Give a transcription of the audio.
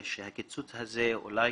הקיצוץ הזה אולי